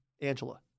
Angela